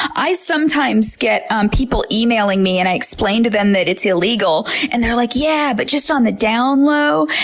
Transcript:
i sometimes get um people emailing me and i explain to them that it's illegal and they're like, yeah, but just on the down low.